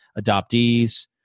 adoptees